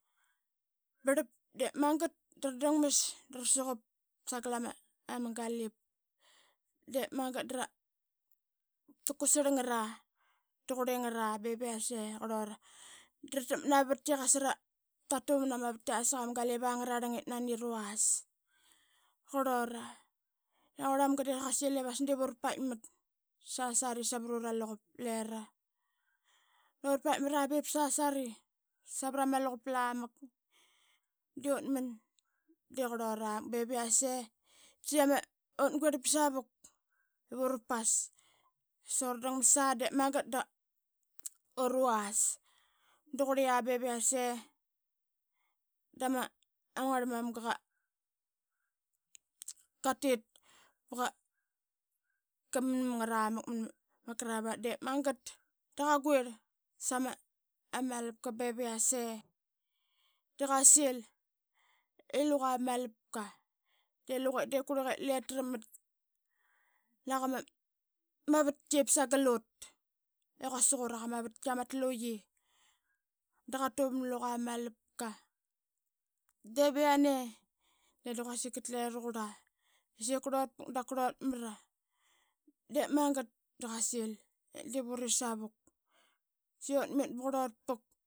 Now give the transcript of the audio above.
Trap de magat da ratdangmas sagal ama galip de magat da rakusarl ngra da qurlingra bev iase, da qurlura da ratakmat nama vatki i qasa ratuvam na ma vatkia saqama galip angrarlang i nani ra vas. Qurlura da ma ngrl mamga qa sil ip as diip ura paitmat sasari savrura luqup lira. Ura paitmra be sasari savrama luqup lamak de ut man de qurlura mak bev iase, da saiqi ama ut guirl ba savuk ip ura pas. Qasa ura dangmasa de magat da ura vas da qurlia bev iase, da ma ngrl mamga qatit baqa mnam ngat amak mnma kravat diip magat da qa guirl sama malapka bev iase, da qa sil i luqa mamalapka de qurliqe lip trakmat naqa ma vtki ip sagal ut i quasik ura qa ma vtki ama atluqi. Da qatuvam naluqa ma malapka diip iane, de quasik ktle raqurlai saie qurlut vuk dap kurlut mra. De magat da qasil ip diip urit savak. Saiqi utmit ba qurlut puk.